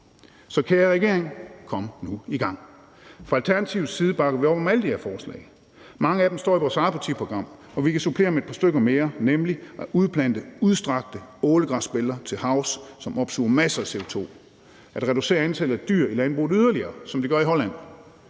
Så kære regering, kom nu i gang! Fra Alternativets side bakker vi op om alle de her forslag. Mange af dem står i vores eget partiprogram, og vi kan supplere med et par stykker mere, nemlig at plante udstrakte ålegræsbælter til havs, som opsuger masser af CO2, at reducere antallet af dyr i landbruget yderligere, som de gør i Holland,